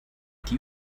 die